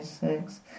six